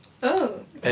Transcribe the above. oh